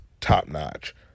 top-notch